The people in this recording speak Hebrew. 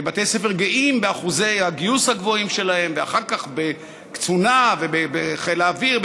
ובתי ספר גאים באחוזי הגיוס הגבוהים שלהם ואחר כך בקצונה ובחיל האוויר,